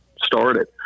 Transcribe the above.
started